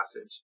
passage